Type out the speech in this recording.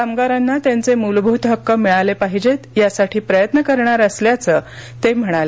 कामगारांना त्यांचे मूलभूत हक्क मिळाले पाहिजेत यासाठी प्रयत्न करणार असल्याचं ते म्हणाले